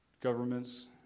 Governments